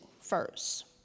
first